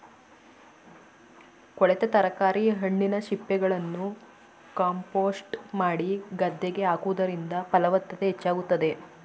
ಕೊಳೆತ ತರಕಾರಿ, ಹಣ್ಣಿನ ಸಿಪ್ಪೆಗಳನ್ನು ಕಾಂಪೋಸ್ಟ್ ಮಾಡಿ ಗದ್ದೆಗೆ ಹಾಕುವುದರಿಂದ ಫಲವತ್ತತೆ ಹೆಚ್ಚಾಗುತ್ತದೆ